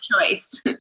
choice